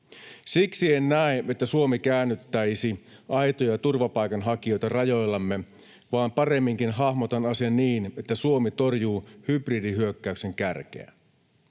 Siksi en näe, että Suomi käännyttäisi aitoja turvapaikanhakijoita rajoillamme, vaan paremminkin hahmotan asian niin, että Suomi torjuu hybridihyökkäyksen kärkeä,